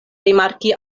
rimarki